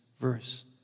verse